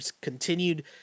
continued